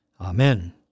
Amen